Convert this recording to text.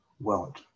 world